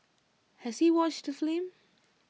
has he watched the film